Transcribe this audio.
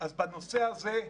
בנושא הזה,